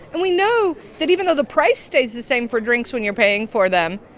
and we know that even though the price stays the same for drinks when you're paying for them,